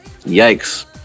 Yikes